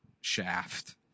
shaft